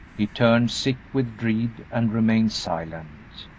he turned sick with dread and remained silent.